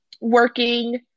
working